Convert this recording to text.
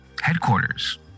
headquarters